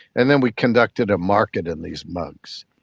and then we conducted a market in these mugs.